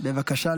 דקות.